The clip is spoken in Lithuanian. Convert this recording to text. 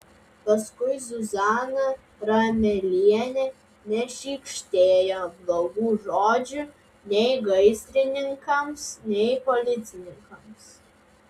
paskui zuzana ramelienė nešykštėjo blogų žodžių nei gaisrininkams nei policininkams